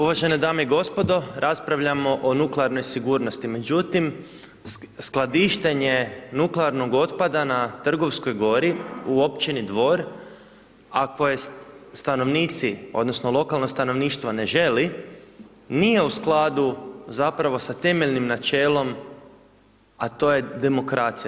Uvažene dame i gospodo, raspravljamo o nuklearnoj sigurnosti, međutim skladištenje nuklearnog otpada na Trgovskoj gori u općini Dvor ako je stanovnici, odnosno lokalno stanovništvo ne želi nije u skladu zapravo sa temeljnim načelom, a to je demokracija.